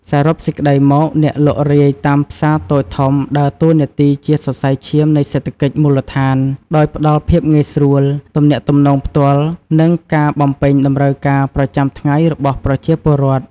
សរុបសេចក្តីមក អ្នកលក់រាយតាមផ្សារតូចធំដើរតួនាទីជាសរសៃឈាមនៃសេដ្ឋកិច្ចមូលដ្ឋាន ដោយផ្តល់ភាពងាយស្រួល ទំនាក់ទំនងផ្ទាល់ និងការបំពេញតម្រូវការប្រចាំថ្ងៃរបស់ប្រជាពលរដ្ឋ។